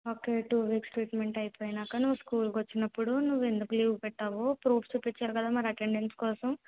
okay two weeks treatment అయిపోయినాక నువ్వు స్కూలుకు వచ్చినపుడు నువ్వు ఎందుకు లీవ్ పెట్టావో ప్రూఫ్స్ చూపించాలి కదా మరి అటెండెన్స్ కోసం